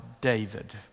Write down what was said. David